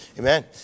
Amen